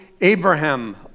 Abraham